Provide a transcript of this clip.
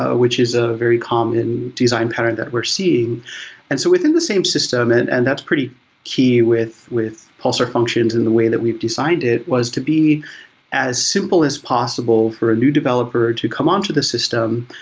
ah which is a very common design pattern that we're seeing and so within the same system, and that's pretty key with with pulsar functions in the way that we've designed it, was to be as simple as possible for a new developer to come on to the system,